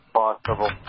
possible